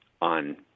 on